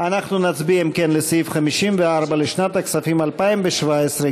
אנחנו נצביע על סעיף 54 לשנת הכספים 2017,